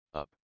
up